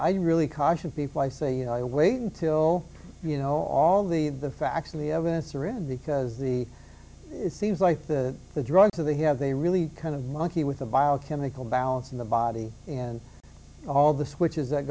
i really caution people i say you know you wait until you know all the facts and the evidence are in because the it seems like the the drug to they have they really kind of monkey with a vile chemical balance in the body and all the switches that